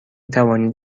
توانید